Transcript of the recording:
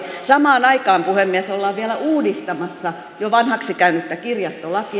samaan aikaan puhemies ollaan vielä uudistamassa jo vanhaksi käynyttä kirjastolakia